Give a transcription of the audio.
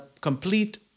complete